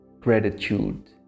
gratitude